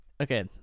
Okay